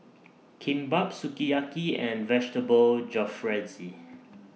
Kimbap Sukiyaki and Vegetable Jalfrezi